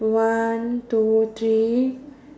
one two three